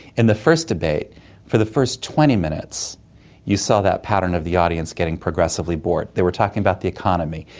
in the first debate for the first twenty minutes you saw that pattern of the audience getting progressively bored. they were talking about the economy,